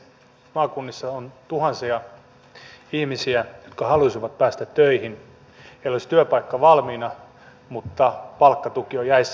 maakunnissa on tuhansia ihmisiä jotka haluaisivat päästä töihin heillä olisi työpaikka valmiina mutta palkkatuki on jäissä